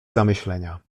zamyślenia